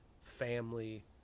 family